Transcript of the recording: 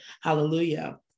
hallelujah